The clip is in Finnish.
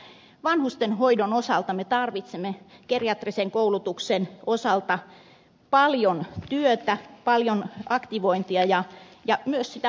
vanhusten hoidon osalta me tarvitsemme geriatrisen koulutuksen osalta paljon työtä paljon aktivointia ja myös sitä houkuttelevuutta